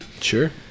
Sure